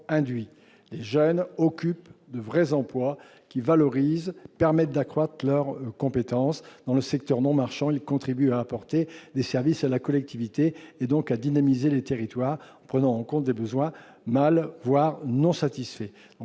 Les jeunes occupent de vrais emplois qui valorisent et permettent d'accroître leurs compétences. Dans le secteur non marchand, ils contribuent à apporter des services à la collectivité et donc à dynamiser les territoires en prenant en compte des besoins mal satisfaits,